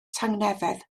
tangnefedd